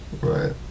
Right